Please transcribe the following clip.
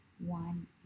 One